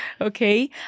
okay